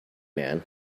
man